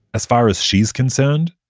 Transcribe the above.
as far as she's concerned,